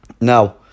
Now